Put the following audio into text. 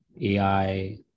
AI